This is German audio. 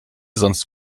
sonst